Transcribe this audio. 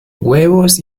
huevos